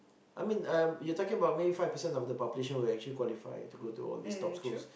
I mean um you are talking about five percent of the population would actually qualify to go all these top schools